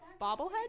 bobblehead